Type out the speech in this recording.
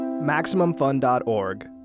MaximumFun.org